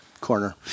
corner